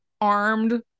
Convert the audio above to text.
armed